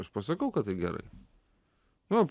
aš pasakau kad tai gerai